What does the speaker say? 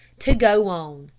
to go on.